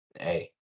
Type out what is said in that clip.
hey